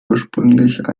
ursprünglich